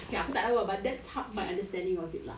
okay aku tak tahu but that's how my understanding of it lah